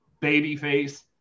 babyface